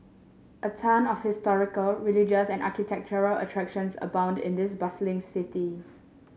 a ton of historical religious and architectural attractions abound in this bustling city